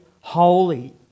holy